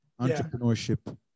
Entrepreneurship